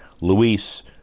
Luis